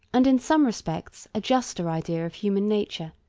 and, in some respects, a juster idea of human nature,